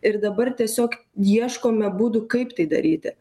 ir dabar tiesiog ieškome būdų kaip tai daryti